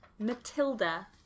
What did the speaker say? matilda